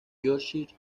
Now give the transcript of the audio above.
yorkshire